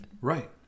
Right